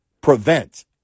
prevent